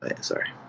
sorry